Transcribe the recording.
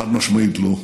חד-משמעית לא.